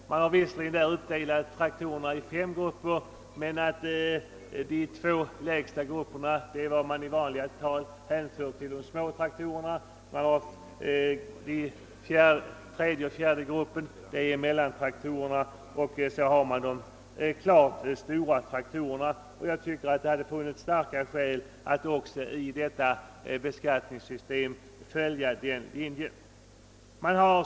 Nämnden har visserligen delat upp traktorerna i fem grupper, men de två lägsta grupperna är att hänföra till vad man i dagligt tal kallar småtraktorer. Grupperna 3 och 4 utgörs av mellantraktorerna och i klass 5 finns de stora traktorerna. Jag tycker att starka skäl borde ha förelegat för att även i det aktuella beskattningssystemet välja samma linje.